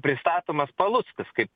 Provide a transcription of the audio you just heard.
pristatomas paluckas kaip